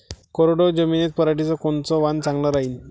कोरडवाहू जमीनीत पऱ्हाटीचं कोनतं वान चांगलं रायीन?